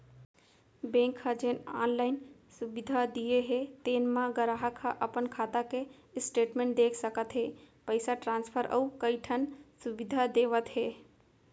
bank ह जेन online सुबिधा दिये हे तेन म गराहक ह अपन खाता के स्टेटमेंट देख सकत हे, पइसा ट्रांसफर अउ कइ ठन सुबिधा देवत हे